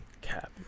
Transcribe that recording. Cap